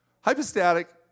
Hypostatic